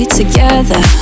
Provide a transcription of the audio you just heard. together